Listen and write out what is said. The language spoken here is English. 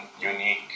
unique